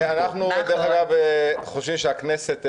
אנחנו חושבים שהכנסת,